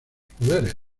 poderes